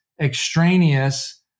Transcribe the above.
extraneous